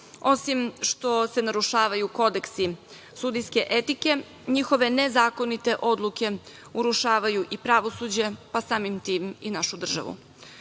Osim što se narušavaju kodeksi sudijske etike, njihove nezakonite odluke urušavaju i pravosuđe, pa samim tim i našu